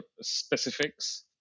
specifics